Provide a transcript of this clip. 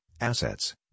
assets